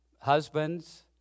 husbands